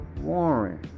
Warren